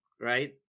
right